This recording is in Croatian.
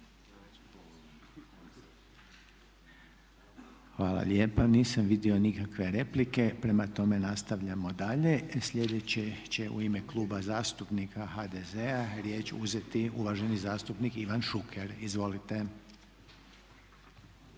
Hvala lijepa. Nisam vidio nikakve replike, prema tome nastavljamo dalje. Sljedeći će u ime Kluba zastupnika HDZ-a riječ uzeti uvaženi zastupnik Ivan Šuker. Izvolite.